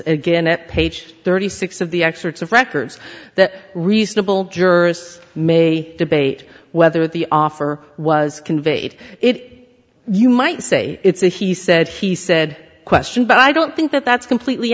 again at page thirty six of the excerpts of records that reasonable jurors may debate whether the offer was conveyed it you might say it's a he said he said question but i don't think that that's completely